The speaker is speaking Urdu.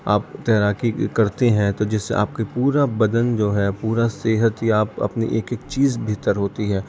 آپ تیراکی کرتے ہیں تو جس سے آپ کے پورا بدن جو ہے پورا صحتیاب اپنی ایک ایک چیز بہتر ہوتی ہے